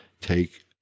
take